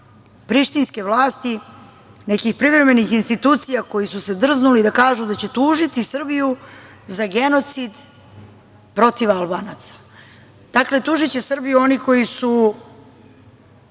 prištinske vlasti, nekih privremenih institucija, koji su se drznuli da kažu da će tužiti Srbiju za genocid protiv Albanaca. Dakle, tužiće Srbiju oni koji su